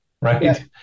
right